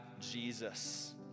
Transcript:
Jesus